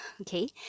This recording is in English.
okay